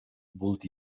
wollt